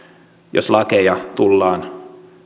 jos lakeja tullaan